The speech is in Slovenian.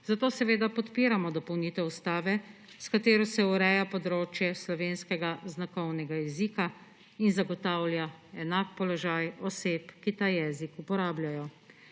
Zato podpiramo dopolnitev ustave, s katero se ureja področje slovenskega znakovnega jezika in zagotavlja enak položaj oseb, ki ta jezik uporabljajo.